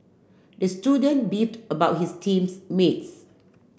the student beefed about his teams mates